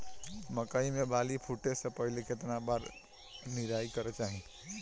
मकई मे बाली फूटे से पहिले केतना बार निराई करे के चाही?